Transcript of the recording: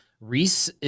reese